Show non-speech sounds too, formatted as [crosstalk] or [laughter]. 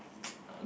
[noise] uh